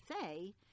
say